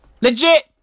Legit